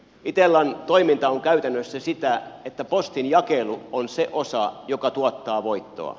itellan toiminta on käytännössä sitä että postin jakelu on se osa joka tuottaa voittoa